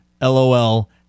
LOL